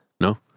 No